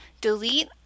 delete